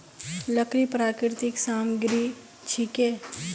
लकड़ी प्राकृतिक सामग्री छिके